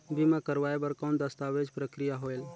बीमा करवाय बार कौन दस्तावेज प्रक्रिया होएल?